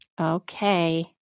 Okay